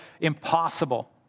impossible